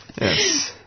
Yes